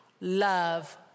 love